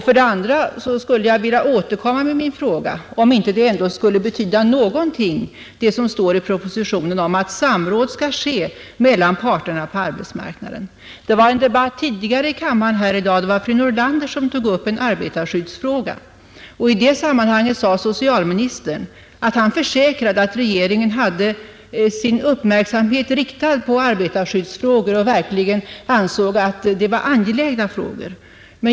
Vidare skulle jag vilja upprepa min fråga om det som står i propositionen om att samråd skall ske mellan parterna på arbetsmarknaden ändå inte borde betyda någonting. Vid en debatt tidigare i dag här i kammaren tog fru Nordlander upp en arbetarskyddsfråga. I det sammanhanget försäkrade socialministern att regeringen hade sin uppmärksamhet riktad på arbetarskyddsfrågor och verkligen ansåg att de var angelägna frågor.